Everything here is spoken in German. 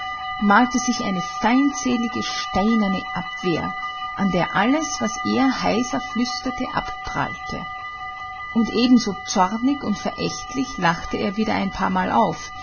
malte sich eine feindselige steinerne abwehr an der alles was er heiser flüsterte abprallte und ebenso zornig und verächtlich lachte er wieder ein paarmal auf